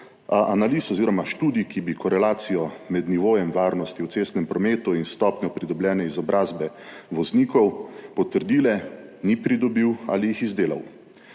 analiz oziroma študij, ki bi korelacijo med nivojem varnosti v cestnem prometu in stopnjo pridobljene izobrazbe voznikov potrdile, ni pridobil ali jih izdelal.